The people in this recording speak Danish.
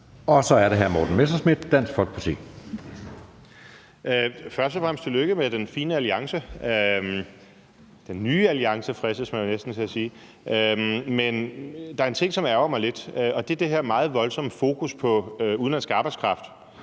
Kl. 16:46 Morten Messerschmidt (DF): Først og fremmest tillykke med den fine alliance – den nye alliance, fristes man næsten til at sige. Men der er en ting, som ærgrer mig lidt, og det er det her meget voldsomme fokus på udenlandsk arbejdskraft,